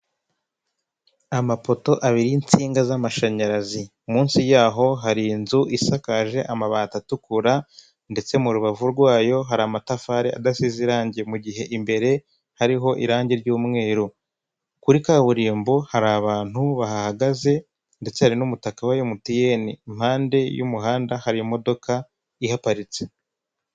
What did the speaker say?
Amapoto abiri y'insinga z'amashanyarazi munsi yaho hari inzu isakaje amabati atukura, ndetse mu rubavu rwayo hari amatafari adasize irangi, mugihe imbere hariho irangi ry'umweru. Kuri kaburimbo hari abantu bahagaze, ndetse hari n'umutaka wa emutiyeni impande y'umuhanda hari imodoka iparitse.